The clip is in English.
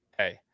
Okay